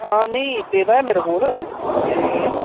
हां निं पेदा ऐ मेरे कोल ते